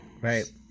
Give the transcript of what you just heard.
Right